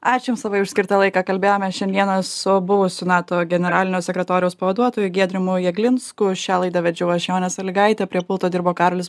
ačiū jums labai už skirtą laiką kalbėjome šiandieną su buvusiu nato generalinio sekretoriaus pavaduotoju giedrimu jeglinsku šią laidą vedžiau aš jonė salygaitė prie pulto dirbo karolis